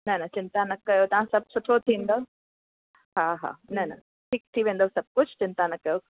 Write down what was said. चिंता न कयो सभु सुठो थींदव हा हा न न ठीकु थी वेंदव सभु कुझु चिंता न कयो